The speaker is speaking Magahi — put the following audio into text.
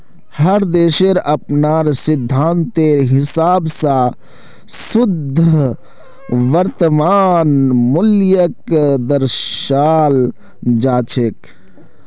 हर देशक अपनार सिद्धान्तेर हिसाब स शुद्ध वर्तमान मूल्यक दर्शाल जा छेक